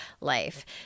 life